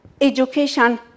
education